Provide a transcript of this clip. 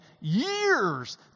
years